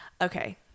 okay